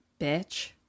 bitch